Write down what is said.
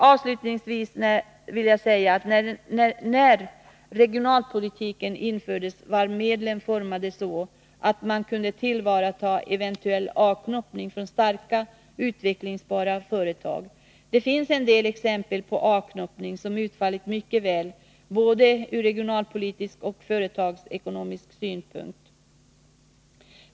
Avslutningsvis vill jag säga att när regionalpolitiken infördes var medlen utformade så att man kunde tillvarata eventuell ”avknoppning” från starka, utvecklingsbara företag. Det finns en del exempel på ”avknoppning” som utfallit mycket väl, både ur regionalpolitisk och företagsekonomisk synpunkt.